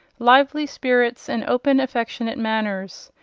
lively spirits, and open, affectionate manners.